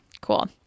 cool